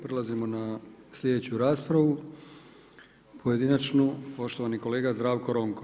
Prelazimo na sljedeću raspravu, pojedinačnu, poštovani kolega Zdravko Ronko.